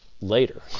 later